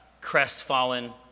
crestfallen